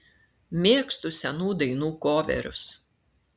mėgstu senų dainų koverius